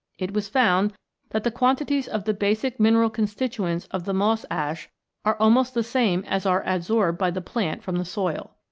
it was found that the quantities of the basic mineral constituents of the moss-ash are almost the same as are adsorbed by the plant from the soil.